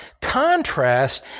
contrast